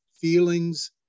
feelings